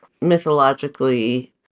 mythologically